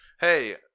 Hey